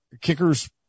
kickers